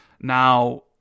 Now